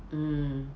mm